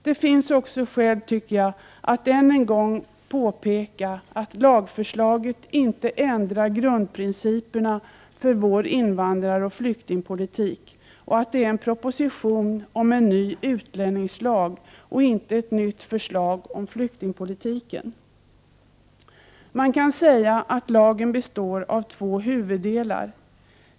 Det finns också skäl, tycker jag, att än en gång påpeka att lagförslaget inte ändrar grundprinciperna för vår invandraroch flyktingpolitik och att det är fråga om en proposition om en ny utlänningslag och inte om ett förslag till ny flyktingpolitik. Man kan säga att lagen består av två huvuddelar.